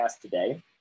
today